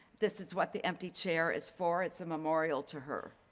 this is what the empty chair is for. it's a memorial to her.